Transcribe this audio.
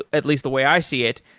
at least the way i see it,